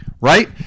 right